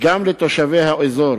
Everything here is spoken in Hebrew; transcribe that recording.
וגם לתושבי האזור.